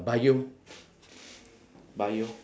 bio bio